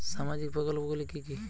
সামাজিক প্রকল্পগুলি কি কি?